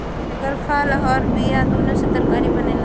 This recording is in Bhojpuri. एकर फल अउर बिया दूनो से तरकारी बनेला